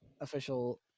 official